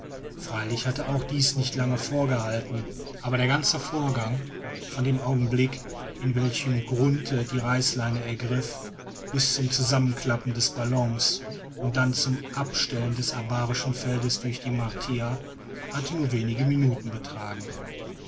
freilich hätte auch dies nicht lange vorgehalten aber der ganze vorgang von dem augenblick in welchem grunthe die reißleine ergriff bis zum zusammenklappen des ballons und dann zum abstellen des abarischen feldes durch die martier hatte nur wenige minuten betragen